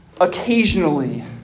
occasionally